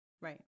Right